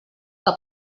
que